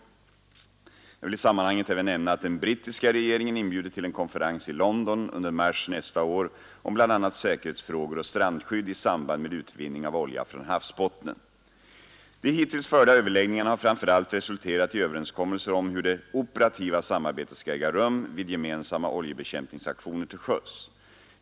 Jag vill i sammanhanget även nämna att den brittiska regeringen inbjudit till en konferens i London under mars nästa år om bl.a. säkerhetsfrågor och strandskydd i samband med utvinning av olja från havsbottnen. De hittills förda överläggningarna har framför allt resulterat i överenskommelser om hur det operativa samarbetet skall äga rum vid gemensamma oljebekämpningsaktioner till sjöss.